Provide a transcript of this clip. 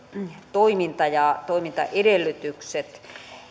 toiminta ja toimintaedellytykset